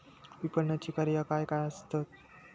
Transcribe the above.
विपणनाची कार्या काय काय आसत?